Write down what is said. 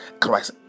Christ